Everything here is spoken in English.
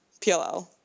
PLL